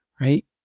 right